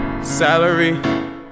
Salary